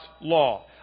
law